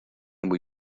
muy